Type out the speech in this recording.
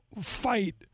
fight